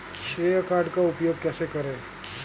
श्रेय कार्ड का उपयोग कैसे करें?